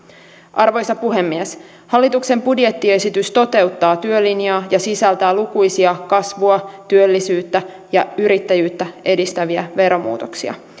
arvoisa puhemies hallituksen budjettiesitys toteuttaa työlinjaa ja sisältää lukuisia kasvua työllisyyttä ja yrittäjyyttä edistäviä veromuutoksia